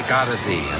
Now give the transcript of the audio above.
odyssey